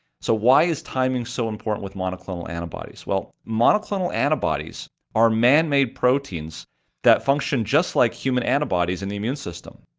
so why is timing so important with monoclonal antibodies? well, monoclonal antibodies are man-made proteins that function just like human antibodies in the immune system,